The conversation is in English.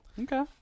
Okay